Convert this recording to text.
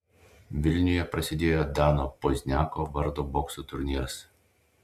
vilniuje prasidėjo dano pozniako vardo bokso turnyras